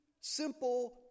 simple